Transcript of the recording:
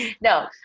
No